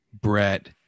Brett